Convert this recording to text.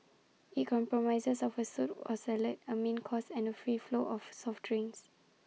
IT comprises of A soup or salad A main course and free flow of soft drinks